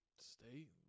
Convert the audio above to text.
State